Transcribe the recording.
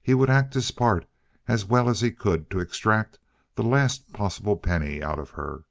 he would act his part as well as he could to extract the last possible penny out of her.